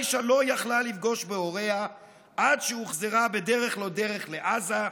עאישה לא יכלה לפגוש בהוריה עד שהוחזרה בדרך לא דרך לעזה.